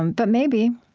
um but maybe.